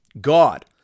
God